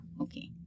Okay